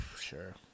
Sure